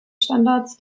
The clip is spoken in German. standards